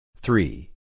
Three